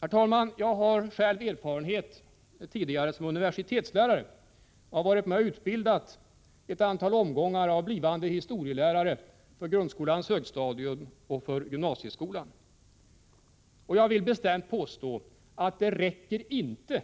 Herr talman! Jag har själv erfarenhet på detta område, eftersom jag tidigare har varit universitetslärare. Jag har varit med om att utbilda ett antal omgångar av blivande historielärare för grundskolans högstadium och för gymnasieskolan. Jag vill bestämt påstå att det inte räcker